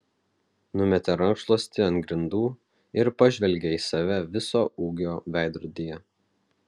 numetė rankšluostį ant grindų ir pažvelgė į save viso ūgio veidrodyje